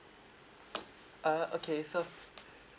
uh okay so uh